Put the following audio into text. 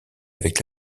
avec